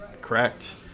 Correct